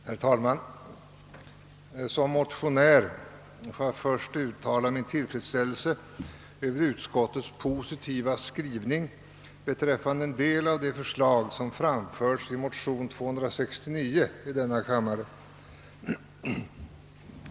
Herr talman! Som motionär vill jag uttala min tillfredsställelse över utskottets positiva skrivning beträffande en del av de förslag som framförts i motion 269 i denna kammare.